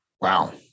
Wow